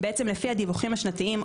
לפי הדיווחים השנתיים,